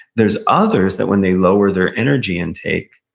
there's others that, when they lower their energy intake,